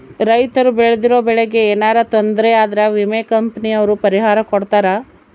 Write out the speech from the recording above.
ರೈತರು ಬೆಳ್ದಿರೋ ಬೆಳೆ ಗೆ ಯೆನರ ತೊಂದರೆ ಆದ್ರ ವಿಮೆ ಕಂಪನಿ ಅವ್ರು ಪರಿಹಾರ ಕೊಡ್ತಾರ